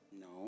No